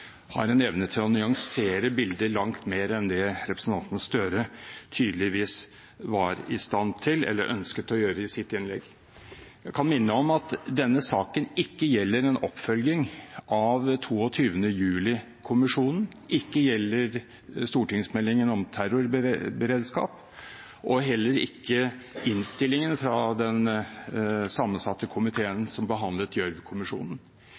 har en evne til å nyansere bildet langt mer enn det representanten Gahr Støre tydeligvis var i stand til eller ønsket å gjøre i sitt innlegg. Jeg kan minne om at denne saken ikke gjelder oppfølging av 22. juli-kommisjonen, ikke stortingsmeldingen om terrorberedskap og heller ikke innstillingen fra den sammensatte